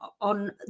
on